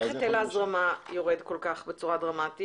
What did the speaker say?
איך היטל ההזרמה יורד בצורה כל כך דרמטית?